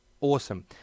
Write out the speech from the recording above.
awesome